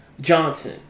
Johnson